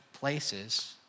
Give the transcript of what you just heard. places